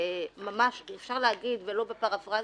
אפשר להגיד, ולא בפרפרזה,